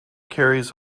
carries